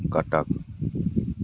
Cuttack